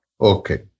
Okay